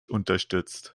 unterstützt